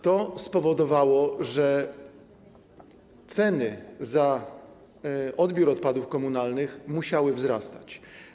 To spowodowało, że ceny za odbiór odpadów komunalnych musiały wzrastać.